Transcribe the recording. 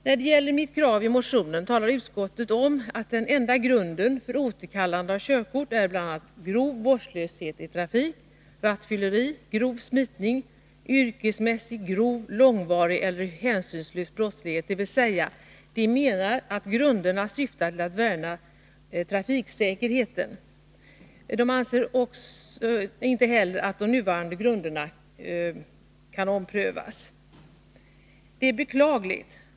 När det gäller mitt krav i motionen talar utskottet om att grunder för återkallelse av körkort är bl.a. grov vårdslöshet i trafik, rattfylleri, grov smitning och yrkesmässig, grov, långvarig eller hänsynslös brottslighet, dvs. att utskottet menar att grunderna syftar till att värna trafiksäkerheten. Utskottet anser inte att de nuvarande grunderna skall omprövas. Det är beklagligt.